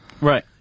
Right